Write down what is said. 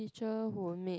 teacher who made